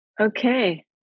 Okay